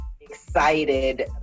excited